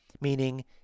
meaning